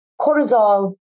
cortisol